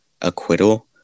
acquittal